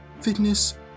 fitness